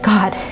God